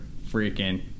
freaking